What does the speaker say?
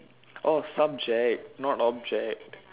orh subject not object